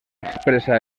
expressa